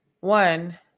one